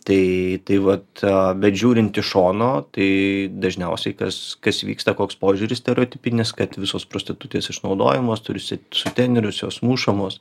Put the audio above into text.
tai tai vat bet žiūrint iš šono tai dažniausiai kas kas vyksta koks požiūris stereotipinis kad visos prostitutės išnaudojamos turi sutenerius jos mušamos